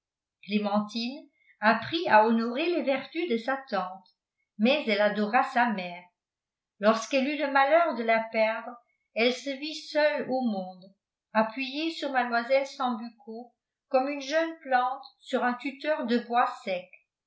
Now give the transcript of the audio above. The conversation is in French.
clémentine apprit à honorer les vertus de sa tante mais elle adora sa mère lorsqu'elle eut le malheur de la perdre elle se vit seule au monde appuyée sur mlle sambucco comme une jeune plante sur un tuteur de bois sec